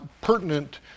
pertinent